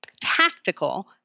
tactical